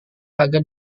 agar